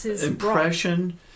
impression